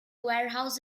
warehouse